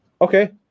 Okay